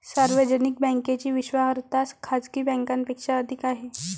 सार्वजनिक बँकेची विश्वासार्हता खाजगी बँकांपेक्षा अधिक आहे